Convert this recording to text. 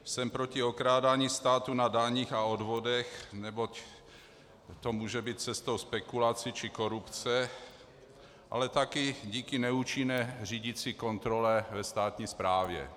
Jsem proti okrádání státu na daních a odvodech, neboť to může být cestou spekulací či korupce, ale také díky neúčinné řídicí kontrole ve státní správě.